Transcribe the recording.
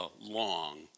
long